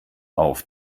auf